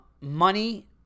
Money